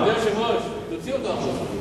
אדוני היושב-ראש, תוציא אותו החוצה.